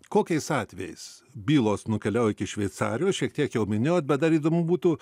kokiais atvejais bylos nukeliauja iki šveicarijos šiek tiek jau minėjot bet dar įdomu būtų